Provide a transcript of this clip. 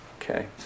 Okay